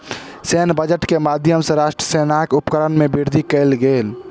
सैन्य बजट के माध्यम सॅ राष्ट्रक सेनाक उपकरण में वृद्धि कयल गेल